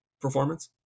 performance